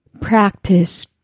Practice